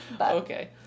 okay